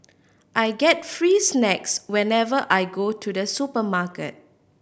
I get free snacks whenever I go to the supermarket